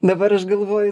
dabar aš galvoju